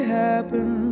happen